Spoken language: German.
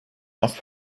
auf